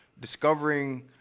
discovering